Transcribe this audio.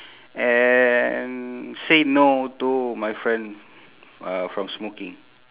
and say no to my friend uh from smoking